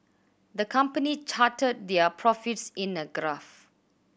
the company charted their profits in a graph